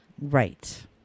Right